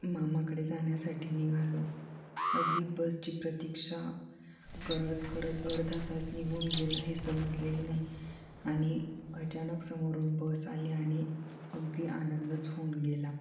मामाकडे जाण्यासाठी निघालो अगदी बस ची प्रतीक्षा करत करत अर्धा तास निघून गेला हे समजलेही नाही आणि अचानक समोरून बस आली आणि अगदी आनंदच होऊन गेला